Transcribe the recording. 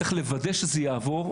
וצריך לוודא שזה עבור,